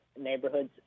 neighborhoods